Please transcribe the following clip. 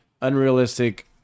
unrealistic